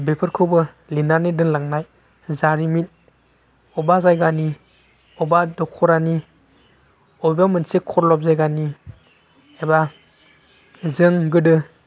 बेफोरखौबो लिरनानै दोनलांनाय जारिमिन बबेबा जायगानि बबेबा दख'रानि बबेबा मोनसे खरलब जायगानि एबा जों गोदो